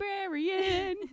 librarian